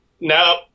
No